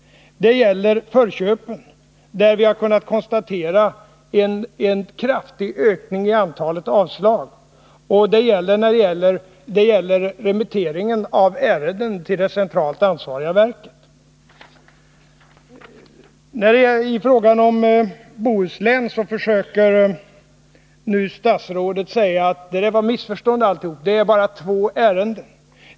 Det gäller förköpen, där man kunnat konstatera en kraftig ökning av antalet avslag. Och det gäller remitteringen av ärenden till det centralt ansvariga verket. I fråga om Bohuslän försöker nu statsrådet säga att det hela rör sig om missförstånd: det är bara två ärenden.